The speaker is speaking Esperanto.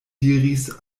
diris